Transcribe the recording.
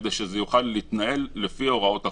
כדי שזה יוכל להתנהל לפי הוראות החוק.